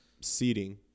seating